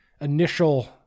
initial